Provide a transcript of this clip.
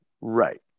Right